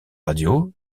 radio